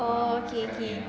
oh okay okay